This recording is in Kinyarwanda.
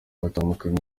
batandukanye